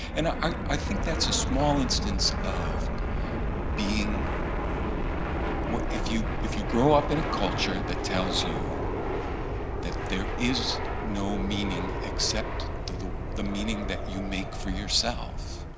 and i i think that's a small instance of being if you if you grow up in a culture that tells you that there is no meaning except the the meaning that you make for yourself,